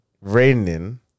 Raining